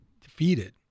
defeated